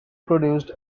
produced